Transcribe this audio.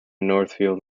northfield